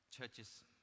churches